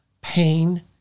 pain